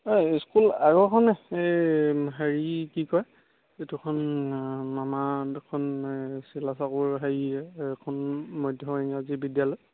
এই স্কুল আৰু এখন এই হেৰি কি কয় এই দুখন নৰ্মাল দুখন এই শিলাচাকুৰ হেৰি এখন মধ্য ইংৰাজী বিদ্যালয়